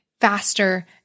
faster